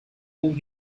whom